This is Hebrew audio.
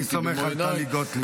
אני סומך על טלי גוטליב.